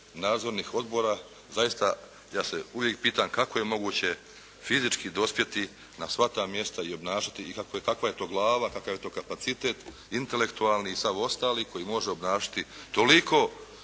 nadzornih odbora. Zaista, ja se uvijek pitam kako je moguće fizički dospjeti na sva ta mjesta i obnašati i kakva je to glava, kakav je to kapacitet intelektualni i sav ostali koji može obnašati toliko